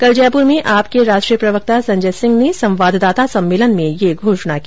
कल जयपुर में आप के राष्ट्रीय प्रवक्ता संजय सिंह ने संवाददाता सम्मेलन में यह घोषणा की